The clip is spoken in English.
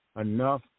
enough